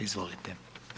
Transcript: Izvolite.